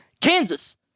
Kansas